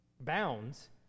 bounds